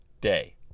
day